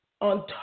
on